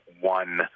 one